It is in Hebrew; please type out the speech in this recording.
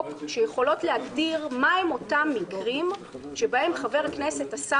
שיכולות להגדיר מהם אותם מקרים שבהם חבר כנסת עשה